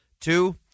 Two